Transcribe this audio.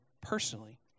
personally